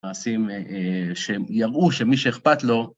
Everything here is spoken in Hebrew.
מעשים שיראו שמי שאכפת לו...